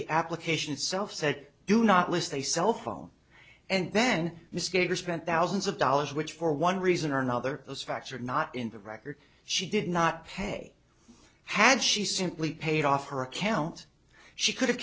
the application itself said do not list a cell phone and then this gave you spent thousands of dollars which for one reason or another those facts are not in the record she did not pay had she simply paid off her account she could